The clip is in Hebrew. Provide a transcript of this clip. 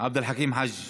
עבד אל חכים חאג'